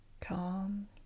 calm